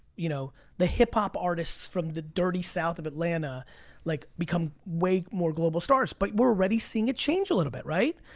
you know the hip hop artists from the dirty south of atlanta like become way more global stars. but we're already seeing a change a little bit, right?